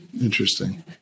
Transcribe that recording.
Interesting